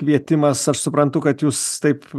kvietimas aš suprantu kad jūs taip